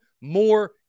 more